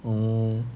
orh